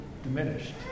diminished